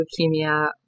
leukemia